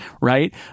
right